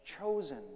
chosen